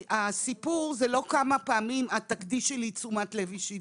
הסיפור הוא לא כמה פעמים תקדישי לי תשומת לב אישית.